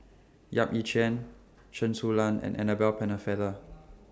Yap Ee Chian Chen Su Lan and Annabel Pennefather